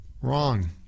Wrong